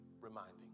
reminding